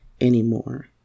anymore